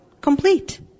complete